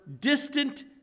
distant